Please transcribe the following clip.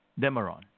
Demeron